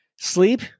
Sleep